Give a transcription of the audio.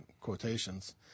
quotations